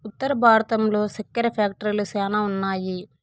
ఉత్తర భారతంలో సెక్కెర ఫ్యాక్టరీలు శ్యానా ఉన్నాయి